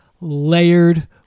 layered